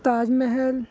Taj Mahal